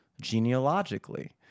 genealogically